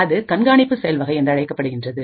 அது கண்காணிப்பு செயல்வகை என்றழைக்கப்படுகின்றது